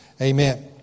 Amen